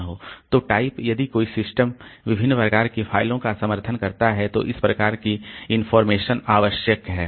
तो टाइप यदि कोई सिस्टम विभिन्न प्रकार की फ़ाइलों का समर्थन करता है तो इस प्रकार की इनफार्मेशन आवश्यक है